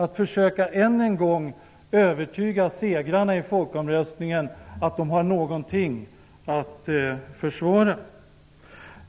Vi får än en gång försöka övertyga segrarna i folkomröstningen att de har någonting att försvara.